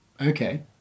Okay